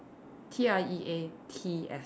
T R E A T S